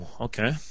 okay